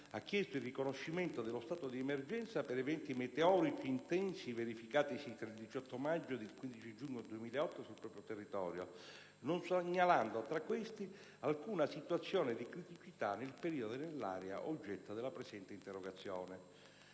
ha chiesto il riconoscimento dello stato di emergenza per eventi meteorici intensi verificatisi tra il 18 maggio ed il 15 giugno 2008 sul proprio territorio, non segnalando, tra questi, alcuna situazione di criticità nel periodo e nell'area oggetto della presente interrogazione.